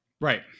Right